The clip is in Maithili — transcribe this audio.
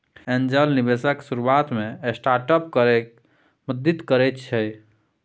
एंजल निबेशक शुरुआत मे स्टार्टअप केर मदति करैत छै